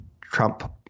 Trump